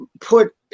put